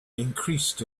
increased